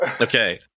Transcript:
Okay